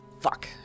Fuck